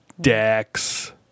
Dax